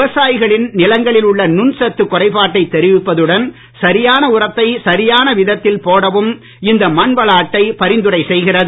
விவசாயிகளின் நிலங்களில் உள்ள நுண்சத்து குறைபாட்டை தெரிவிப்பதுடன் சரியான உரத்தை சரியான விகிதத்தில் போடவும் இந்த மண்வள அட்டை பரிந்துரை செய்கிறது